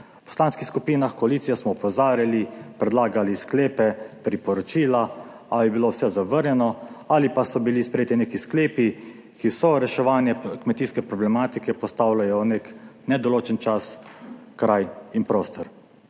V poslanskih skupinah koalicije smo opozarjali, predlagali sklepe, priporočila, ali je bilo vse zavrnjeno ali pa so bili sprejeti neki sklepi, ki vso reševanje kmetijske problematike postavljajo v nek nedoločen čas, kraj in prostor.